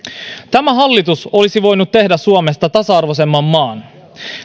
tämä hallitus olisi voinut tehdä suomesta tasa arvoisemman maan